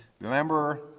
Remember